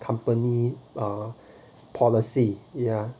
company uh policy ya